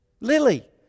Lily